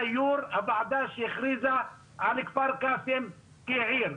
יו"ר הוועדה שהכריזה על כפר קאסם כעיר.